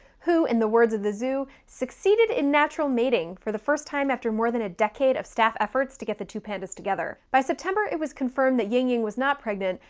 who, in the words of the zoo, succeeded in natural mating for the first time after more than a decade of staff efforts to get the two pandas together. by september it was confirmed that ying ying was not pregnant,